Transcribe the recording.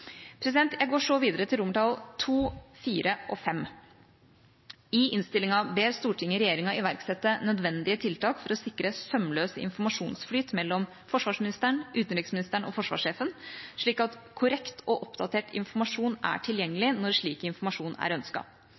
Jeg går så videre til II, IV og V. I innstillinga ber Stortinget regjeringa iverksette nødvendige tiltak for å sikre sømløs informasjonsflyt mellom forsvarsministeren, utenriksministeren og forsvarssjefen, slik at korrekt og oppdatert informasjon er tilgjengelig når slik informasjon er